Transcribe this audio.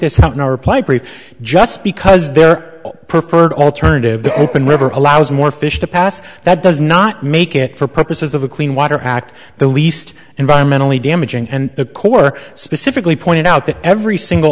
brief just because their preferred alternative the open river allows more fish to pass that does not make it for purposes of a clean water act the least environmentally damaging and the corps specifically point out that every single